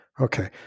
Okay